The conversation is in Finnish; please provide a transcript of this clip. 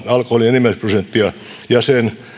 alkoholin enimmäisprosenttia ja sen